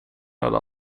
rädda